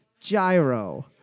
gyro